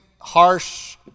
harsh